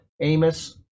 Amos